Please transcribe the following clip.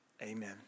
Amen